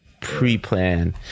pre-plan